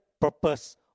purpose